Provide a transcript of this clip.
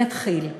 נתחיל.